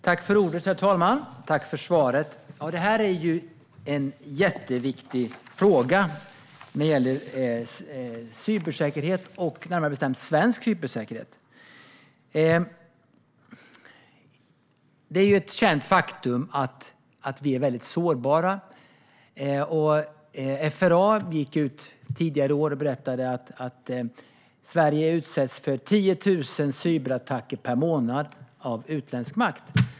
Herr talman! Jag tackar statsrådet för svaret. Cybersäkerhet, och närmare bestämt svensk cybersäkerhet, är en jätteviktig fråga. Det är ett känt faktum att vi är väldigt sårbara. FRA gick tidigare i år ut och berättade att Sverige varje månad utsätts för 10 000 cyberattacker från utländsk makt.